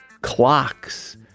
Clocks